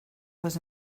was